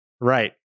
Right